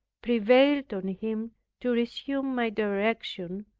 prevailed on him to resume my direction,